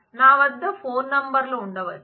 నా వద్ద బహుళ ఫోన్ నెంబర్లు ఉండవచ్చు